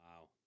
Wow